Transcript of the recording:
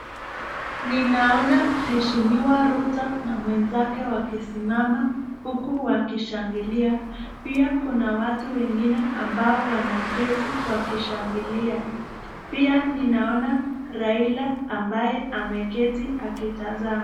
Ninaona mheshimiwa Ruto na mwenzake wakisimama huku wakishangilia. Pia kuna watu wengine ambao wanaketi wakishangilia. Pia ninaona Raila ambaye ameketi akitazama.